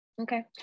Okay